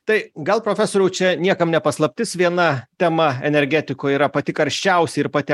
tai gal profesoriau čia niekam ne paslaptis viena tema energetikoj yra pati karščiausia ir pati